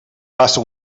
passa